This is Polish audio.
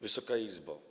Wysoka Izbo!